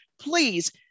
please